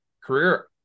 career